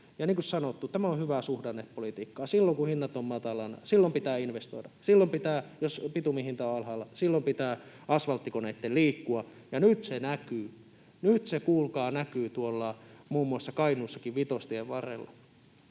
kuin sanottu, tämä on hyvää suhdannepolitiikkaa: silloin, kun hinnat ovat matalina, pitää investoida. Jos bitumin hinta on alhaalla, silloin pitää asfalttikoneitten liikkua. Ja nyt se näkyy. Nyt se kuulkaa näkyy muun muassa Kainuussakin, Vitostien varrella.